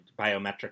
biometric